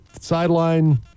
sideline